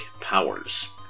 powers